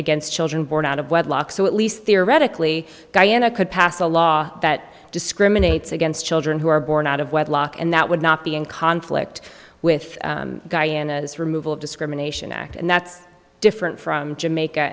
against children born out of wedlock so at least theoretically diana could pass a law that discriminates against children who are born out of wedlock and that would not be in conflict with guyana is removal of discrimination act and that's different from jamaica